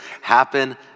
happen